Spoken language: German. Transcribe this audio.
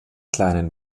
kleinen